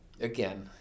again